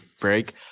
break